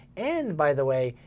and by the way,